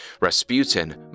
Rasputin